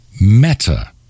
Meta